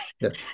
yes